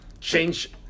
change